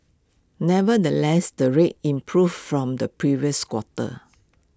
nevertheless the rates improved from the previous quarter